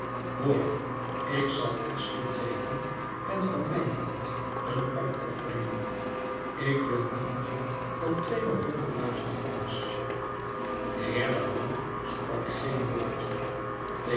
hoor ik zal iets toegeven en van mijn kant een opoffering doen ik wil niet meer dan tweemaal honderd duizend francs de heer leblanc sprak geen woord